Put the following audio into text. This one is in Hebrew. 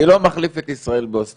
אני לא מחליף את ישראל באוסטרליה,